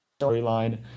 storyline